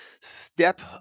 step